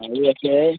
അത് വെക്കേ